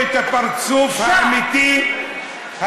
תשתמש בסמכויות שלך.